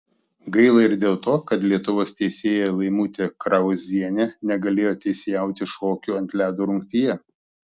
gaila ir dėl to kad lietuvos teisėja laimutė krauzienė negalėjo teisėjauti šokių ant ledo rungtyje